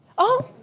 oh,